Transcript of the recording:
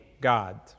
God